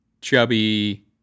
chubby